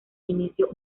inicio